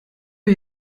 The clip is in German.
wir